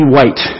White